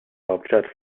hauptstadt